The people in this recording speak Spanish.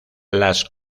las